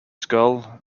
skull